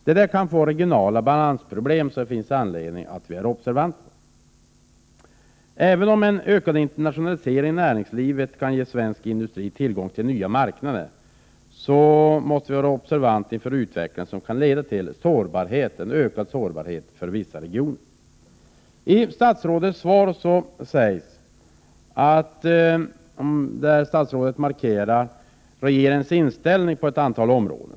Detta kan medföra regionala balansproblem som vi har anledning att vara observanta på. Även om en ökad internationalisering av näringslivet kan ge svensk industri tillgång till nya marknader, måste vi vara på vår vakt mot en utveckling som kan leda till ökad sårbarhet för vissa regioner. I sitt svar markerar statsrådet regeringens inställning på en rad områden.